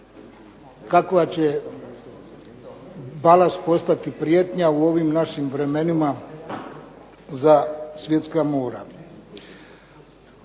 kakva će balast postati prijetnja u ovim našim vremenima za svjetska mora.